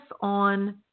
on